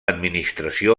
administració